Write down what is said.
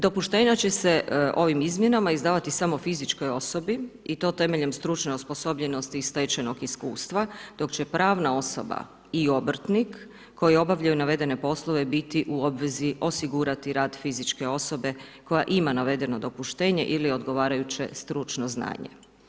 Dopuštenja će se ovim izmjenama izdavati samo fizičkoj osobi i to temeljem stručne osposobljenosti i stečenog iskustva, dok će pravna osoba i obrtnik, koje obavljaju navedene poslove, biti u obvezi osigurati rad fizičke osobe, koja ima navedeno dopuštenje ili odgovarajuće stručno znanje.